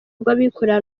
rw’abikorera